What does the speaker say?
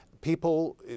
People